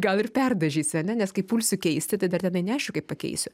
gal ir perdažysiu ane nes kai pulsiu keisti tai dar tenai neaišku kaip pakeisiu